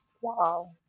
Wow